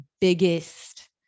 biggest